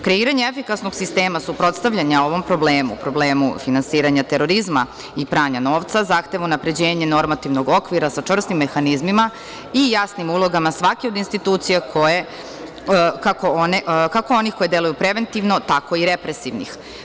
Kreiranje efikasnog sistema, suprotstavljanja ovom problemu, problemu finansiranja terorizma i pranja novca, zahteva unapređenje normativnog okvira sa čvrstim mehanizmima i jasnim ulogama svake od institucija, kako onih koje deluje preventivno, tako i represivnih.